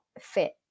fit